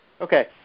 Okay